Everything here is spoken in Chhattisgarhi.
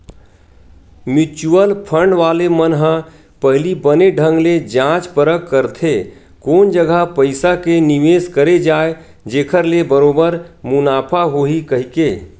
म्युचुअल फंड वाले मन ह पहिली बने ढंग ले जाँच परख करथे कोन जघा पइसा के निवेस करे जाय जेखर ले बरोबर मुनाफा होही कहिके